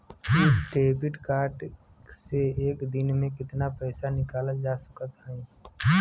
इ debit card से एक दिन मे कितना पैसा निकाल सकत हई?